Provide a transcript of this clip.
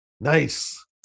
Nice